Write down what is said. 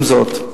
עם זאת,